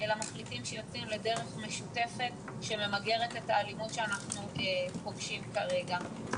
אלא מחליטים שיוצאים לדרך משותפת שממגרת את האלימות שאנחנו פוגשים כרגע.